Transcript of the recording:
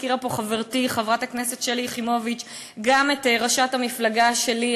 והזכירה פה חברתי חברת הכנסת שלי יחימוביץ גם את ראשת המפלגה שלי,